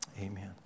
Amen